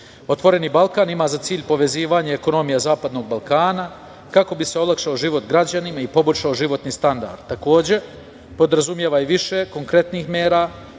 „Otvoreni Balkan“ ima za cilj povezivanje ekonomija Zapadnog Balkana, kako bi se olakšao život građanima i poboljšao životni standard. Takođe, podrazumeva i više konkretnih mera